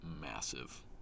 massive